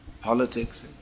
Politics